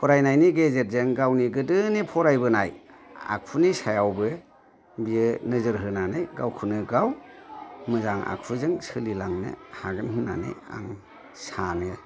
फरायनायनि गेजेरजों गावनि गोदोनि फरायबोनाय आखुनि सायावबो बियो नोजोर होनानै बियो गावखौनो गाव मोजां आखुजों सोलिलांनो हागोन होननानै आं सानो